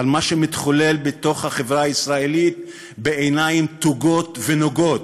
על מה שמתחולל בתוך החברה הישראלית בעיניים תוגות ונוגות.